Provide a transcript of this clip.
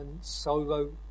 solo